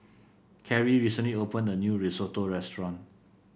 Carey recently opened a new Risotto restaurant